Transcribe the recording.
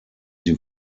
sie